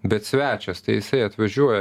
bet svečias tai jisai atvažiuoja